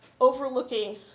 overlooking